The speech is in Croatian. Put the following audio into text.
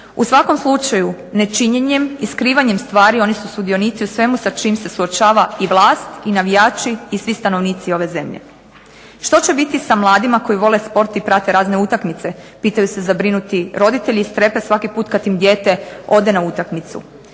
U svakom slučaju nečinjenjem i skrivanjem stvari oni su sudionici u svemu sa čim se suočava i vlast i navijači i svi stanovnici ove zemlje. Što će biti sa mladima koji vole sport i prate razne utakmice pitaju se zabrinuti roditelji i strepe svaki put kad im dijete ode na utakmicu.